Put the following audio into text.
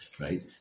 right